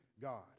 God